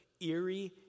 eerie